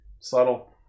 Subtle